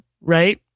Right